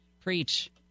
Preach